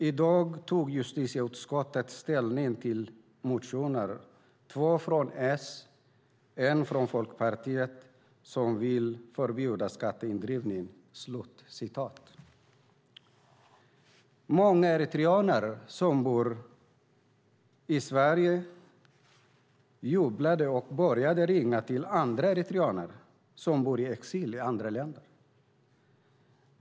I dag tog justitieutskottet ställning till motioner, två från S, en från FP, som vill förbjuda skatteindrivningen." Många eritreaner som bor i Sverige jublade och började ringa till andra eritreaner som lever i exil i andra länder.